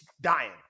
dying